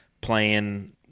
playing